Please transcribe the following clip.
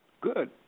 good